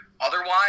Otherwise –